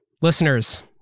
Listeners